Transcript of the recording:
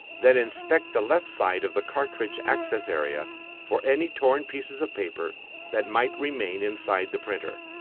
then inspect the left side of the cartridge access area for any torn pieces of paper that might remain inside the printer.